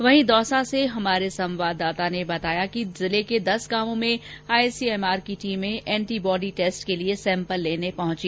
वहीं दौसा से हमारे संवाददाता ने बताया कि जिले के दस गांवों में आईसीएमआर की टीमें एंटी बॉडी टैस्ट के लिए सैम्पल लेने पहंची